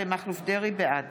בעד